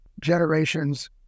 generations